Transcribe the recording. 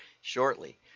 shortly